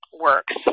works